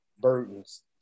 burdens